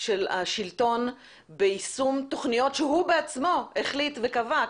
של השלטון ביישום תוכניות שהוא בעצמו החליט וקבע,